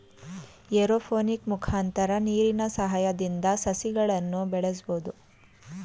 aeroponic ಮುಖಾಂತರ ನೀರಿನ ಸಹಾಯದಿಂದ ಸಸಿಗಳನ್ನು ಬೆಳಸ್ಬೋದು